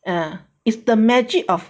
ah is the magic of